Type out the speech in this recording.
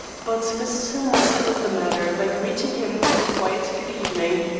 but mrs. hillmer settled the matter by greeting him with a quiet good-evening,